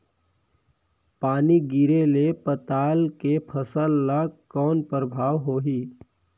पानी गिरे ले पताल के फसल ल कौन प्रभाव होही?